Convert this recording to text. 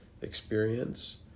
experience